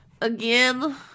Again